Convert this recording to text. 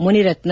Munirathna